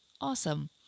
Awesome